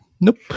Nope